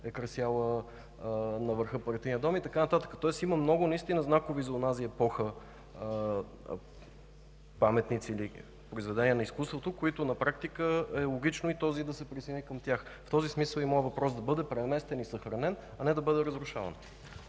е красяла върха на Партийния дом и така нататък. Има много знакови за онази епоха паметници или произведения на изкуството и на практика е логично и този да се присъедини към тях. В този смисъл е и моят въпрос – да бъде преместен и съхранен, а не да бъде разрушаван.